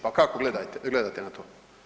Pa kako gledate na to?